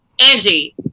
Angie